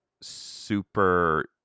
super